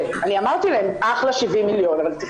אמרתי להם 'אחלה 70 מיליון אבל זה צריך